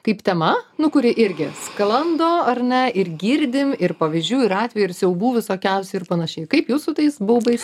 kaip tema nu kuri irgi sklando ar ne ir girdim ir pavyzdžių ir atvejų ir siaubų visokiausių ir panašiai kaip jūs su tais baubais